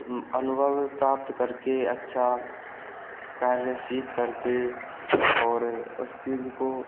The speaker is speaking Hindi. अनुभव प्राप्त करके अच्छा कार्य ऐसी करके और उस चीज़ को